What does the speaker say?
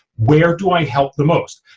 where do i help the most.